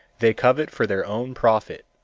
they covet for their own profit.